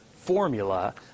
formula